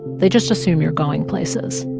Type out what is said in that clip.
they just assume you're going places,